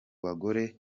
bagore